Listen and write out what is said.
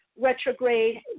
retrograde